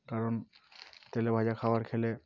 কারণ তেলে ভাজা খাবার খেলে